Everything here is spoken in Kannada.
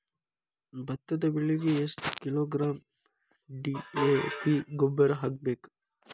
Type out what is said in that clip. ಭತ್ತದ ಬೆಳಿಗೆ ಎಷ್ಟ ಕಿಲೋಗ್ರಾಂ ಡಿ.ಎ.ಪಿ ಗೊಬ್ಬರ ಹಾಕ್ಬೇಕ?